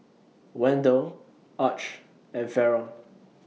Wendell Arch and Faron